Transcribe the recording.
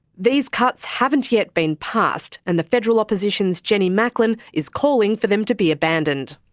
these cuts haven't yet been passed and the federal opposition's jenny macklin is calling for them to be abandoned.